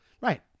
Right